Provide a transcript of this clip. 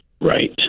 Right